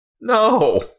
No